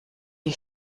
die